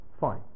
Fine